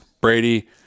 Brady